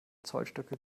zollstöcke